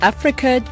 Africa